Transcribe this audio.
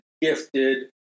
gifted